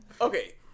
okay